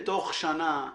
בתוך שנה,